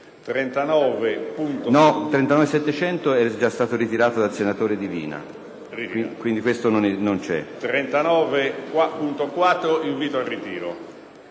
un invito al ritiro.